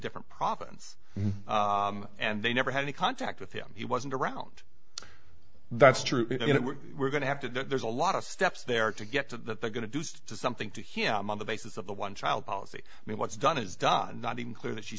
different province and they never had any contact with him he wasn't around that's true you know we're going to have to there are a lot of steps there to get to that they're going to do something to him on the basis of the one child policy i mean what's done is done not even clear that she's